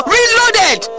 Reloaded